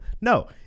No